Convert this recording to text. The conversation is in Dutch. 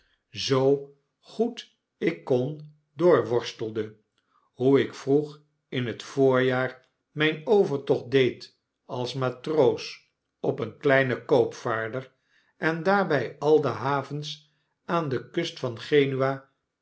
zoo goed ik kon doorworstelde hoe ik vroeg in het voorjaar myn overtocht deed als matroos op een kleinen koopvaarder en daarby al de havens aan de kust van genua